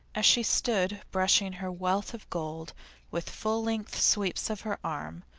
as she stood brushing her wealth of gold with full-length sweeps of her arm,